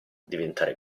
diventare